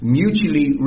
mutually